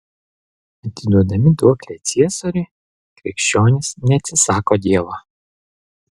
atiduodami duoklę ciesoriui krikščionys neatsisako dievo